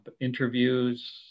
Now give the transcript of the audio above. interviews